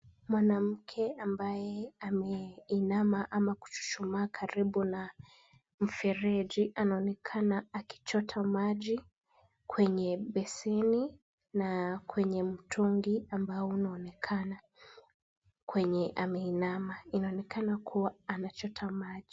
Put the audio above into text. Mwanamke ambaye ameinama ama kuchuchumaa karibu na mfereji anaonekana akichota maji kwenye beseni na kwenye mtungi ambao unaonekana kwenye ameinama. Inaonekana kuwa anachota maji.